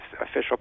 official